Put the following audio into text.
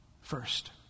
first